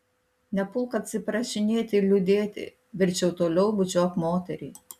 nepulk atsiprašinėti ir liūdėti verčiau toliau bučiuok moterį